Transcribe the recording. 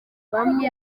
bamwe